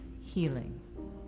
healing